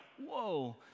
whoa